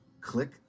click